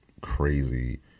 crazy